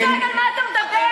בסוף אתם גם מסמנים "וי"